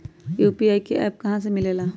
UPI का app कहा से मिलेला?